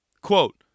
Quote